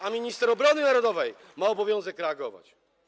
A minister obrony narodowej ma obowiązek reagować.